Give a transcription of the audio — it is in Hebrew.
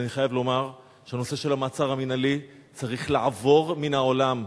אבל אני חייב לומר שהנושא של המעצר המינהלי צריך לעבור מן העולם.